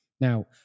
Now